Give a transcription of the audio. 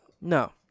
No